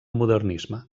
modernisme